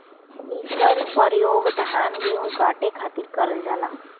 इकर परयोग धान गेहू काटे खातिर करल जाला